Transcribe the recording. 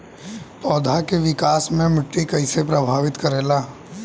पौधा के विकास मे मिट्टी कइसे प्रभावित करेला?